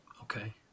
Okay